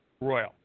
royal